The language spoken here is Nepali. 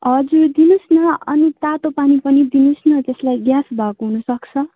हजुर दिनुहोस् न अनि तातो पानी पनि दिनुहोस् न त्यसलाई ग्यास भएको हुनुसक्छ